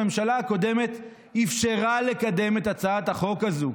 הממשלה הקודמת אפשרה לקדם את הצעת החוק הזו,